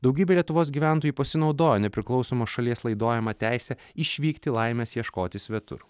daugybė lietuvos gyventojų pasinaudoja nepriklausomos šalies laiduojama teise išvykti laimės ieškoti svetur